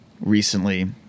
recently